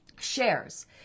Shares